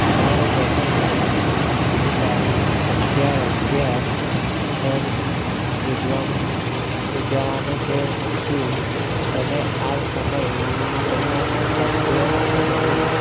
અમારો પ્રસંગ ની તારીખ અગિયાર અગિયાર પર યોજામ યોજાવાનો છે શું તમે આ સમયે દરમ્યાન ખાદ્ય સામગ્રી